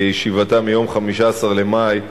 בישיבתה ביום 15 במאי,